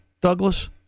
Douglas